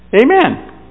Amen